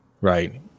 right